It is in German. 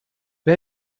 wer